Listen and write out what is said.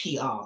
PR